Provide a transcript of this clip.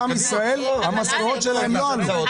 רוב עם ישראל, המשכורות שלהם לא עלו.